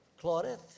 Claudette